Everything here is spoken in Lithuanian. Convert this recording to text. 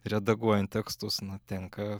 redaguojant tekstus na tenka